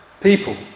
people